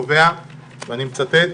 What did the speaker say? קובע כי ואני מצטט: